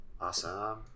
Awesome